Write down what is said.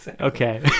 okay